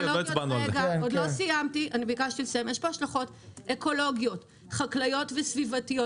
יש פה השלכות אקולוגיות, חקלאיות וסביבתיות.